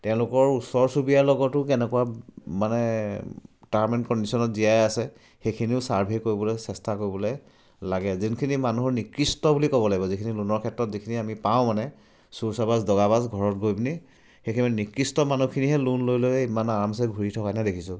তেওঁলোকৰ ওচৰ চুবুৰীয়াৰ লগতো কেনেকুৱা মানে টাৰ্ম এণ্ড কণ্ডিশ্যনত জীয়াই আছে সেইখিনিও ছাৰ্ভে কৰিবলৈ চেষ্টা কৰিবলৈ লাগে যোনখিনি মানুহৰ নিকৃষ্ট বুলি ক'ব লাগিব যিখিনি লোনৰ ক্ষেত্ৰত যিখিনি আমি পাওঁ মানে চুৰ চাবাজ দগাবাজ ঘৰত গৈ পিনি সেইখিনি নিকৃষ্ট মানুহখিনিয়েহে লোন লৈ লৈ ইমান আৰামচে ঘূৰি থকা নিচিনা দেখিছোঁ